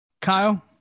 Kyle